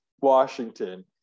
Washington